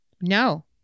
no